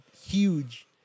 huge